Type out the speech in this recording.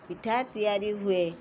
ପିଠା ତିଆରି ହୁଏ